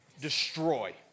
destroy